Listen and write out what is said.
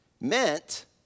meant